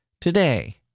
today